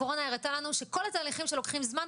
הקורונה הראתה לנו שכל התהליכים שלוקחים זמן,